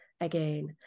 again